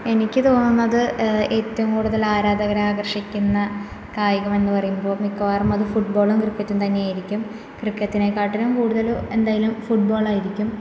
എനിക്ക് തോന്നുന്നത് ഏറ്റവും കൂടുതൽ ആരാധകരെ ആകർഷിക്കുന്ന കായികമെന്ന് പറയുമ്പോൾ മിക്കവാറും അത് ഫുട്ബോളും ക്രിക്കറ്റും തന്നെയായിരിക്കും ക്രിക്കറ്റിനെക്കാട്ടിലും കൂടുതൽ എന്തായാലും ഫുട്ബോളായിരിക്കും